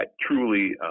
truly